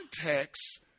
context